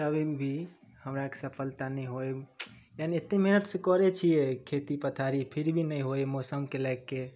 अभी भी हमरा आरके सफलता नहि होइ यानी एते मेहनत से करै छियै खेती पथारी फिर भी नहि होइ मौसमके लए के